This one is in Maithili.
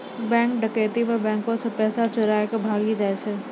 बैंक डकैती मे बैंको से पैसा चोराय के भागी जाय छै